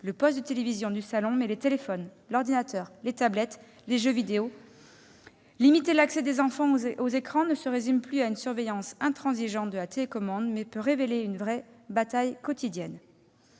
le poste de télévision du salon, mais également les téléphones, l'ordinateur, les tablettes, les jeux vidéo ... Limiter l'accès des enfants aux écrans ne se résume plus à une surveillance intransigeante de la télécommande. Cela peut être une véritable bataille quotidienne.